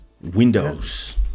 windows